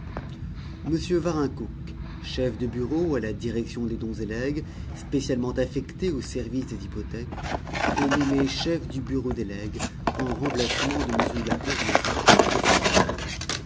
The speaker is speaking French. m varincoucq chef de bureau à la direction des dons et legs spécialement affecté au service des hypothèques est nommé chef du bureau des legs en remplacement de m de la hourmerie décédé